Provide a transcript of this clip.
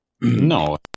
No